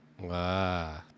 Wow